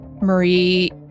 Marie